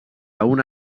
una